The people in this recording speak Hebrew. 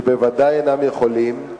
שבוודאי אינם יכולים,